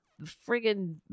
friggin